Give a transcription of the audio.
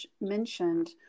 mentioned